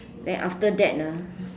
then after that ah